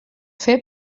fer